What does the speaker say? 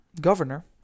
governor